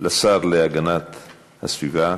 לשר להגנת הסביבה.